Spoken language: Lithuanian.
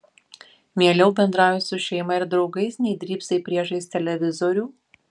mieliau bendrauji su šeima ir draugais nei drybsai priešais televizorių